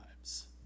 lives